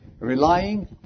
Relying